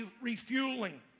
refueling